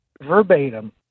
verbatim